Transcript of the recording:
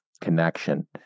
connection